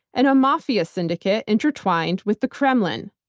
and a mafia syndicate intertwined with the kremlin.